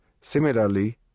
Similarly